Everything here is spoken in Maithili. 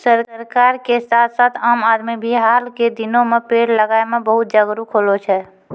सरकार के साथ साथ आम आदमी भी हाल के दिनों मॅ पेड़ लगाय मॅ बहुत जागरूक होलो छै